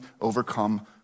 overcome